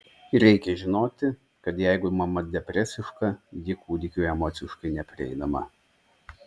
reikia žinoti kad jeigu mama depresiška ji kūdikiui emociškai neprieinama